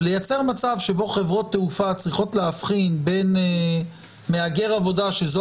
ולייצר מצב שבו חברות תעופה צריכות להבחין בין מהגר עבודה שזו